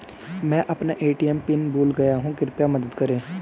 मैं अपना ATM PIN भूल गया हूँ कृपया मदद करें